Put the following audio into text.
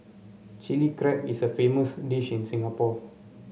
Chilli Crab is a famous dish in Singapore